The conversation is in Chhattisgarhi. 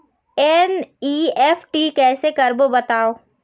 एन.ई.एफ.टी कैसे करबो बताव?